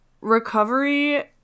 recovery